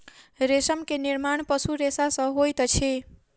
रेशम के निर्माण पशु रेशा सॅ होइत अछि